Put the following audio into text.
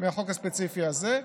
מהחוק הספציפי הזה,